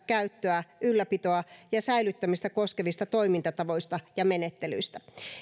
käyttöä ylläpitoa ja säilyttämistä koskevista toimintatavoista ja menettelyistä